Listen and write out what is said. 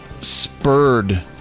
spurred